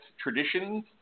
traditions